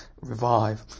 revive